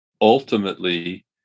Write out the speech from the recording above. ultimately